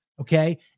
Okay